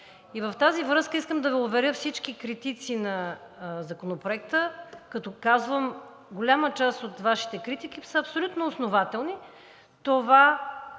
И в тази връзка искам да Ви уверя всички критици на Законопроекта, като казвам, голяма част от Вашите критики са абсолютно основателни.